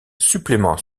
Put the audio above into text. supplément